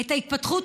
את ההתפתחות